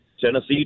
Tennessee